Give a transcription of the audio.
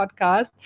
podcast